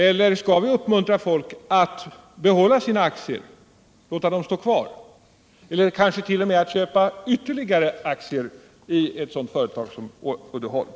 Eller skall vi uppmuntra folk att behålla sina aktier, eller kanske t.o.m. köpa ytterligare aktier i ett sådant företag som Uddeholm?